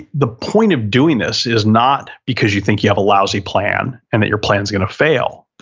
the point of doing this is not because you think you have a lousy plan and your plan is going to fail.